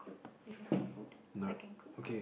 different kinds of food so I can cook